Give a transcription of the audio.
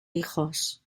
hijos